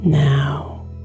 Now